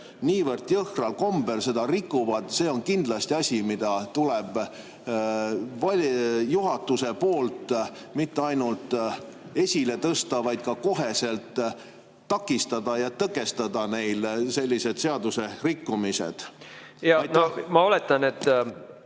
niivõrd jõhkral kombel seda rikuvad, on kindlasti asi, mida tuleb juhatuse poolt mitte ainult esile tõsta, vaid ka koheselt takistada ja tõkestada neil sellised seadusrikkumised. Aitäh, austatud